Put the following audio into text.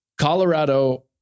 Colorado